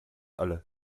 alle